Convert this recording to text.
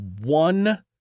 one